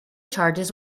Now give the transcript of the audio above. charges